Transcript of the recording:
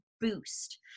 boost